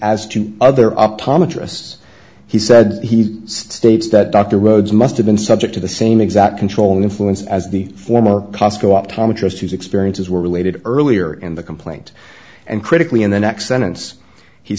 as to other up thomas he said he states that dr rhodes must have been subject to the same exact controlling influence as the former pasko optometrist whose experiences were related earlier in the complaint and critically in the next sentence he